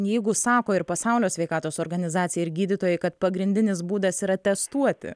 jeigu sako ir pasaulio sveikatos organizacija ir gydytojai kad pagrindinis būdas yra testuoti